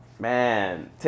Man